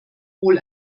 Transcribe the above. wohl